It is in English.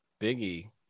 Biggie